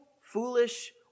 foolish